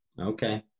Okay